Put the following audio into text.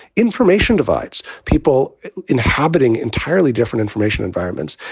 information divides people inhabiting entirely different information environments.